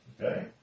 okay